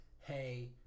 hey